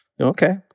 okay